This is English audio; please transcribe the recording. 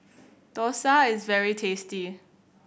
Dosa is very tasty